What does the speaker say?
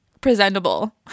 presentable